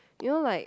you know like